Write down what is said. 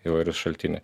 įvairūs šaltiniai